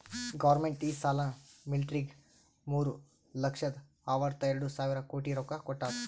government ಈ ಸಲಾ ಮಿಲ್ಟ್ರಿಗ್ ಮೂರು ಲಕ್ಷದ ಅರ್ವತ ಎರಡು ಸಾವಿರ ಕೋಟಿ ರೊಕ್ಕಾ ಕೊಟ್ಟಾದ್